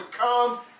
come